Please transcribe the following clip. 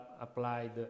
applied